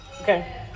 okay